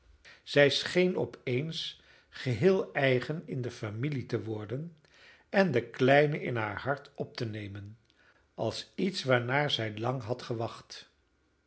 zij scheen op eens geheel eigen in de familie te worden en de kleinen in haar hart op te nemen als iets waarnaar zij lang had gewacht